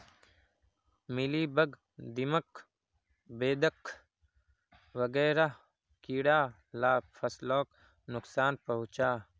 mealybug, दीमक, बेधक वगैरह कीड़ा ला फस्लोक नुक्सान पहुंचाः